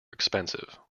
expensive